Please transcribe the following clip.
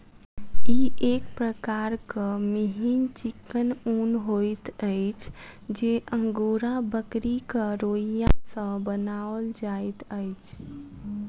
ई एक प्रकारक मिहीन चिक्कन ऊन होइत अछि जे अंगोरा बकरीक रोंइया सॅ बनाओल जाइत अछि